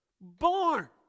born